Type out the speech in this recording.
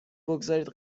بگذارید